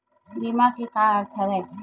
बीमा के का अर्थ हवय?